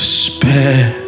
spare